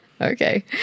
Okay